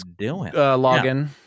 login